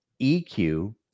EQ